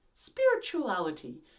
Spirituality